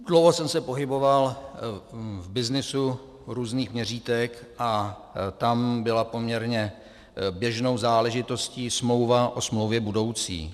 Dlouho jsem se pohyboval v byznysu různých měřítek a tam byla poměrně běžnou záležitostí smlouva o smlouvě budoucí.